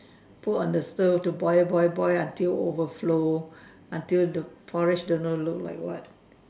put on the stove to boil boil boil until overflow until the porridge don't know look like what